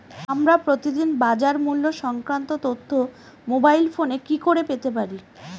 আমরা প্রতিদিন বাজার মূল্য সংক্রান্ত তথ্য মোবাইল ফোনে কি করে পেতে পারি?